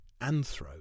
anthro